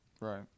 right